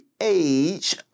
age